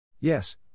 Yes